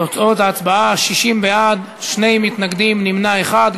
תוצאות ההצבעה: 60 בעד, שני מתנגדים, נמנע אחד.